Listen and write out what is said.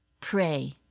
pray